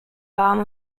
warm